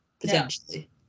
potentially